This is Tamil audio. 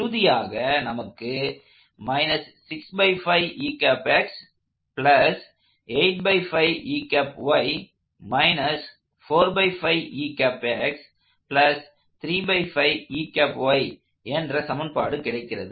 இறுதியாக நமக்கு என்ற சமன்பாடு கிடைக்கிறது